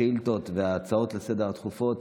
השאילתות וההצעות לסדר-היום הדחופות